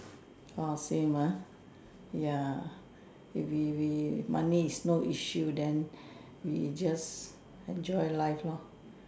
!wah! same ah ya if we we money is no issue then we just enjoy life lor